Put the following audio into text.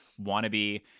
wannabe